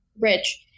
Rich